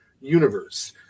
universe